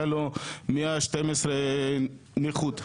היה לו 112 נכות,